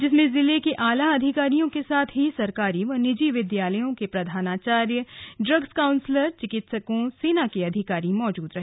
जिसमें जिले के आला अधिकारियों के साथ ही सरकारी व निजी विद्यालयों के प्रधानाचार्य ड्रग्स काउन्सलर चिकित्सकों सेना के अधिकारी मौजूद रहे